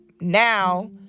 Now